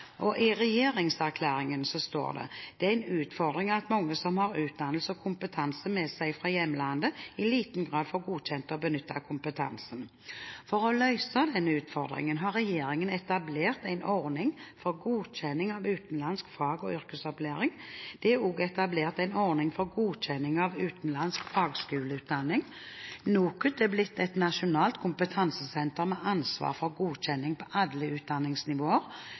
I regjeringserklæringen står det: «Det er en utfordring at mange som har utdannelse og kompetanse med seg fra hjemlandet i liten grad får godkjent og benyttet kompetansen.» For å løse denne utfordringen har regjeringen etablert en ordning for godkjenning av utenlandsk fag- og yrkesopplæring. Det er også etablert en ordning for godkjenning av utenlandsk fagskoleutdanning. NOKUT er blitt et nasjonalt kompetansesenter med ansvar for godkjenning på alle utdanningsnivåer.